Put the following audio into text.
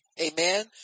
Amen